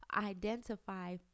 identify